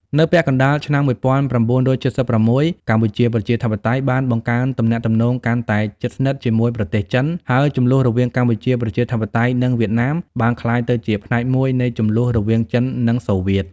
នៅពាក់កណ្តាលឆ្នាំ ១៩៧៦ កម្ពុជាប្រជាធិបតេយ្យបានបង្កើនទំនាក់ទំនងកាន់តែជិតស្និទ្ធជាមួយប្រទេសចិន ហើយជម្លោះរវាងកម្ពុជាប្រជាធិបតេយ្យនិងវៀតណាមបានក្លាយទៅជាផ្នែកមួយនៃជម្លោះរវាងចិននិងសូវៀត។